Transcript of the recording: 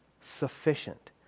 sufficient